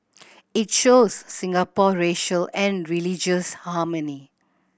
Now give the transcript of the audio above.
it shows Singapore racial and religious harmony